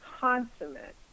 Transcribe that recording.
consummate